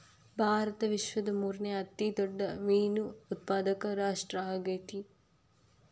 ಭಾರತ ವಿಶ್ವದ ಮೂರನೇ ಅತಿ ದೊಡ್ಡ ಮೇನು ಉತ್ಪಾದಕ ರಾಷ್ಟ್ರ ಆಗೈತ್ರಿ